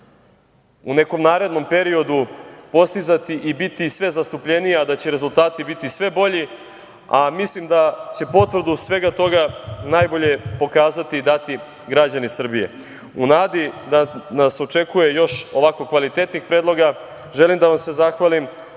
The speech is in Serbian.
u nekom narednom periodu postizati i biti sve zastupljenija, da će rezultati biti sve bolji, a mislim da će potvrdu svega toga najbolje pokazati i dati građani Srbije.U nadi da nas očekuje još ovako kvalitetnih predloga, želim da vam se zahvalim,